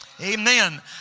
Amen